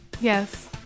Yes